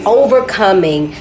overcoming